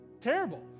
terrible